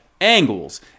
angles